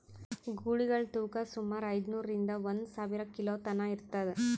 ಗೂಳಿಗಳ್ ತೂಕಾ ಸುಮಾರ್ ಐದ್ನೂರಿಂದಾ ಒಂದ್ ಸಾವಿರ ಕಿಲೋ ತನಾ ಇರ್ತದ್